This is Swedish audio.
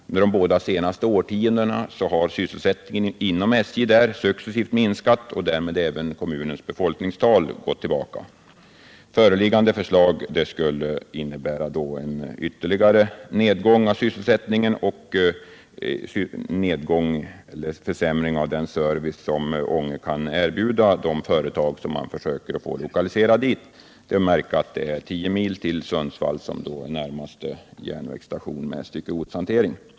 Under de två senaste årtiondena har sysselsättningen inom SJ där successivt minskat och därmed har även kommunens befolkningstal gått tillbaka. Föreliggande förslag skulle innebära en ytterligare nedgång av sysselsättningen och en försämring av den service som Ånge kan erbjuda de företag man försöker få lokaliserade dit. Det är att märka att det är tio mil till Sundsvall, som då är närmaste järnvägsstation med styckegodshantering.